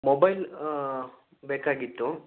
mobile ಬೇಕಾಗಿತ್ತು